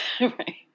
right